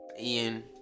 Ian